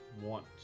want